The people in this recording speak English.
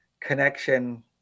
connection